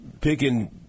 picking